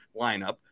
lineup